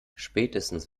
spätestens